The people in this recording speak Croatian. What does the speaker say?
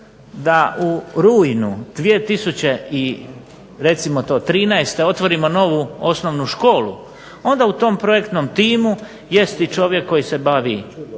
da u rujnu recimo 2013. otvorimo novu osnovnu školu onda u tom projektnom timu jest i čovjek koji se bavi